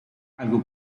algo